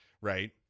right